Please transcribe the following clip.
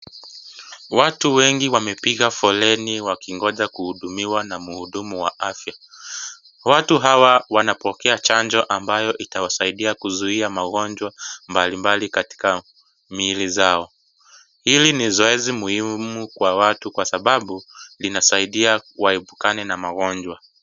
Watu wengi wamepiga foleni wakingoja kuhudumiwa na muhudumu wa afya. Watu hawa wanapokea chanjo ambayo itawasaidia kuzuia magonjwa mbalimbali katika miili zao, ili ni zoezi muhimu kwa watu kwa sababu itinasaidia waipukane na magonjwa.